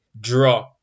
draw